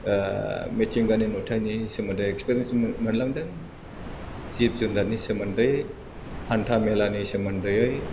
ओह मिथिगानि नुथाइनि सोमोन्दै एक्सपिरेयेन्स मोनलांदों जिब जुनाथनि सोमोन्दै हान्था मेलानि सोमोन्दैयै